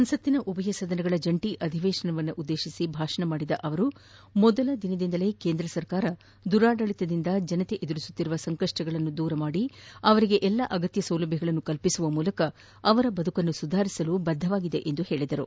ಸಂಸತ್ತಿನ ಉಭಯ ಸದನಗಳ ಜಂಟಿ ಅಧಿವೇಶನವನ್ನು ಉದ್ದೇಶಿಸಿ ಭಾಷಣ ಮಾಡಿದ ಕೋವಿಂದ್ ಮೊದಲ ದಿನದಿಂದಲೇ ಕೇಂದ್ರ ಸರ್ಕಾರ ದುರಾಡಳಿತದಿಂದ ಜನರು ಎದುರಿಸುತ್ತಿರುವ ಸಂಕಷ್ಟಗಳನ್ನು ದೂರ ಮಾಡಿ ಅವರಿಗೆ ಎಲ್ಲ ಅಗತ್ಯ ಸೌಲಭ್ಯಗಳನ್ನು ಕಲ್ಪಿಸುವ ಮೂಲಕ ಅವರ ಬದುಕನ್ನು ಸುಧಾರಿಸಲು ಬದ್ದವಾಗಿದೆ ಎಂದು ತಿಳಿಸಿದರು